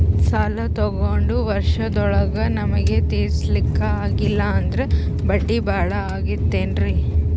ಸಾಲ ತೊಗೊಂಡು ವರ್ಷದೋಳಗ ನಮಗೆ ತೀರಿಸ್ಲಿಕಾ ಆಗಿಲ್ಲಾ ಅಂದ್ರ ಬಡ್ಡಿ ಬಹಳಾ ಆಗತಿರೆನ್ರಿ?